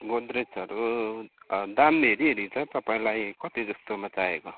गोदरेजहरू दाम हेरीहेरी छ तपाईँलाई कति जस्तोमा चाहिएको